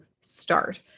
start